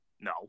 no